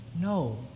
No